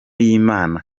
y’imana